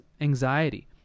anxiety